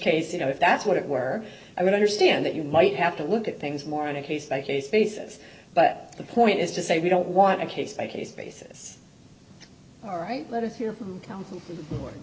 case you know if that's what it were i would understand that you might have to look at things more on a case by case basis but the point is to say we don't want a case by case basis all right let us he